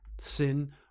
Sin